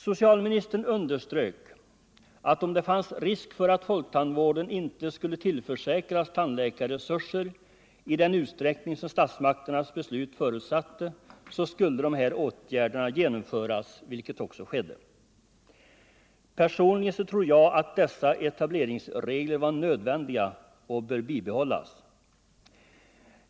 Socialministern underströk att om det fanns risk för att folktandvården inte skulle tillförsäkras tandläkarresurser i den utsträckning som statsmakternas beslut förutsatte, så skulle de här åtgärderna genomföras. Så skedde också. Personligen tror jag att dessa etableringsregler var nödvändiga och bör bibehållas.